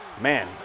man